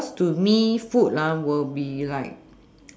cause to me food ah will be like